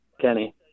Kenny